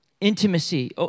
intimacy